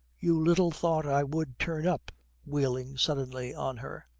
you little thought i would turn up wheeling suddenly on her.